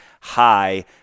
high